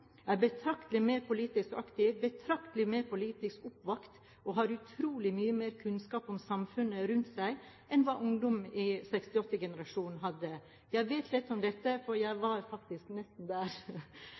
er betraktelig mer politisk aktiv, betraktelig mer politisk oppvakt og har utrolig mye mer kunnskap om samfunnet rundt seg enn hva ungdom i 68-generasjonen hadde. Jeg vet litt om dette, for jeg